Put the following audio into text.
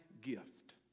gift